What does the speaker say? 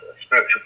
spiritual